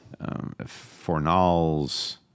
Fornals